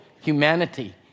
humanity